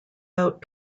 out